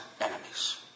enemies